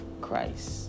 Christ